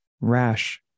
rash